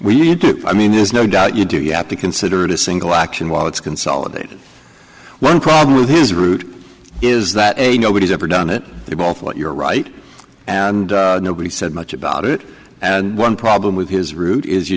need to i mean there's no doubt you do you have to consider it a single action while it's consolidated one problem with his route is that a nobody's ever done it they're both what you're right and nobody said much about it and one problem with his route is you